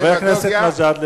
חבר הכנסת מג'אדלה.